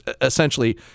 essentially